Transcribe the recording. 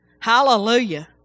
Hallelujah